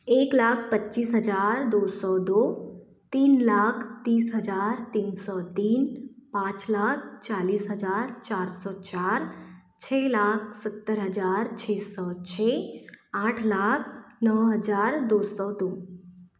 एक लाख पच्चीस हज़ार दो सौ दो तीन लाख तीस हज़ार तीन सौ तीन पाँच लाख चालीस हज़ार चार सौ चार छः लाख सत्तर हज़ार छः सौ छः आठ लाख नौ हज़ार दो सौ दो